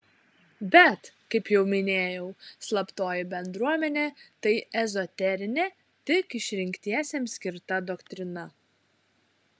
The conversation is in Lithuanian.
bet kaip jau minėjau slaptoji bendruomenė tai ezoterinė tik išrinktiesiems skirta doktrina